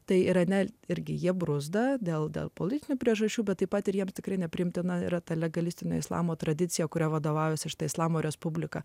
tai yra ne irgi jie bruzda dėl politinių priežasčių bet taip pat ir jiems tikrai nepriimtina yra ta legalistinio islamo tradicija kuria vadovaujasi islamo respublika